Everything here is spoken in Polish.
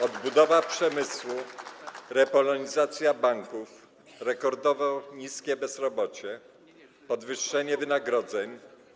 Odbudowa przemysłu, repolonizacja banków, rekordowo niskie bezrobocie, podwyższenie wynagrodzeń.